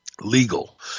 legal